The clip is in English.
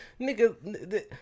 Nigga